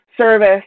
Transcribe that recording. service